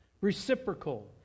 reciprocal